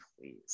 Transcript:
please